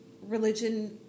Religion